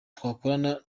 twakorana